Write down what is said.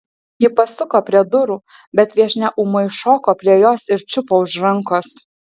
ji pasuko prie durų bet viešnia ūmai šoko prie jos ir čiupo už rankos